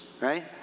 right